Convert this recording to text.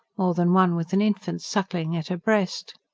more than one with an infant sucking at her breast.